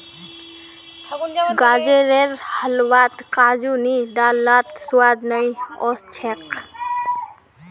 गाजरेर हलवात काजू नी डाल लात स्वाद नइ ओस छेक